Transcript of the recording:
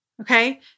okay